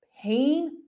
pain